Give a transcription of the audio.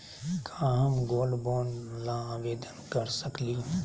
का हम gold bond ल आवेदन कर सकली?